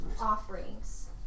offerings